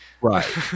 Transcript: Right